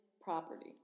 property